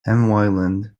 weiland